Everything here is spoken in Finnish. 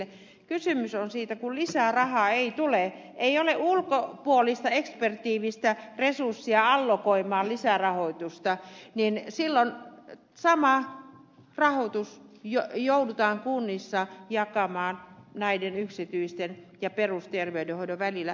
kysymys on siitä että kun lisää rahaa ei tule ei ole ulkopuolista ekspertiivistä resurssia allokoimaan lisärahoitusta niin silloin sama rahoitus joudutaan kunnissa jakamaan näiden yksityisten ja perusterveydenhoidon välillä